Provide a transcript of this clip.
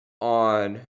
on